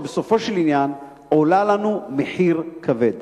כשבסופו של עניין זה עולה לנו מחיר כבד.